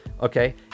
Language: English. okay